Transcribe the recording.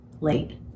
late